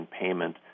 payment